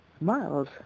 Miles